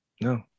No